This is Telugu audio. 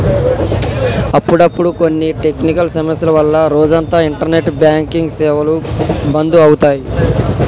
అప్పుడప్పుడు కొన్ని టెక్నికల్ సమస్యల వల్ల రోజంతా ఇంటర్నెట్ బ్యాంకింగ్ సేవలు బంధు అవుతాయి